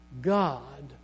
God